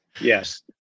Yes